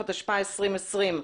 התשפ"א-2020.